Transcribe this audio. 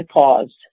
paused